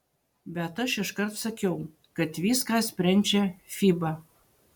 bet aš iškart sakiau kad viską sprendžia fiba